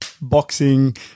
boxing